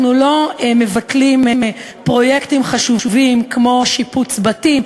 אנחנו לא מבטלים פרויקטים חשובים כמו שיפוץ בתים,